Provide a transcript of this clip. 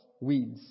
weeds